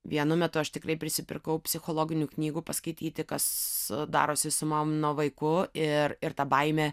vienu metu aš tikrai prisipirkau psichologinių knygų paskaityti kas darosi su mano vaikų ir ir ta baimė